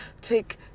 take